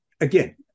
again